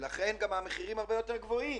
לכן המחירים יותר גבוהים.